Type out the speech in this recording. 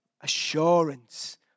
assurance